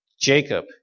Jacob